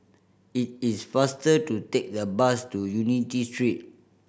it is faster to take the bus to Unity Street